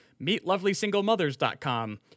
MeetLovelySingleMothers.com